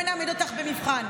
בואי נעמיד אותך במבחן.